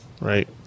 right